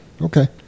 Okay